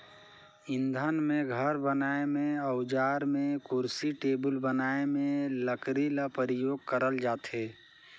इंधन में, घर बनाए में, अउजार में, कुरसी टेबुल बनाए में लकरी ल परियोग करल जाथे